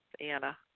Anna